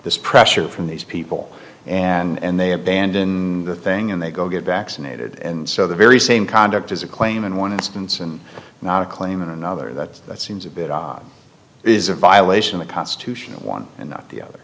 this pressure from these people and they abandon the thing and they go get vaccinated and so the very same conduct is a claim in one instance and not a claim in another that that seems a bit odd is a violation of constitutional one and not the other